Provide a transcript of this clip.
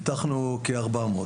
ניתחנו כ-400.